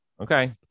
Okay